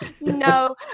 No